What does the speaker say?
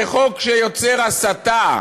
זה חוק שיוצר הסתה,